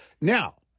Now